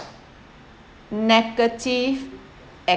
negative